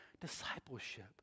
discipleship